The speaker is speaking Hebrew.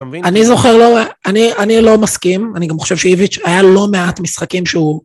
אתה מבין? אני זוכר... אני לא מסכים. אני גם חושב שאיביץ', היה לא מעט משחקים שהוא...